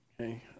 Okay